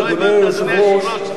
אדוני היושב-ראש,